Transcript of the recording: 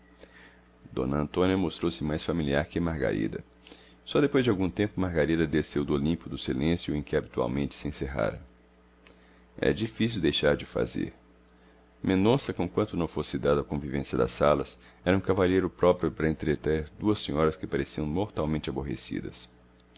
d antônia mostrou-se mais familiar que margarida só depois de algum tempo margarida desceu do olimpo do silêncio em que habitualmente se encerrara era difícil deixar de o fazer mendonça conquanto não fosse dado à convivência das salas era um cavalheiro próprio para entreter duas senhoras que pareciam mortalmente aborrecidas